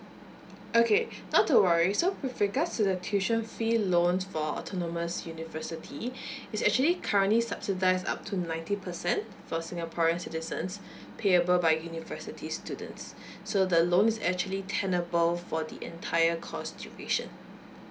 okay not to worry so with regards to the tuition fee loans for autonomous university it's actually currently subsidize up to ninety percent for singaporeans citizens payable by university students so the loans is actually tenable for the entire course duration